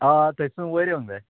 हो थंयसून वयर येवंक जाय